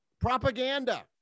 propaganda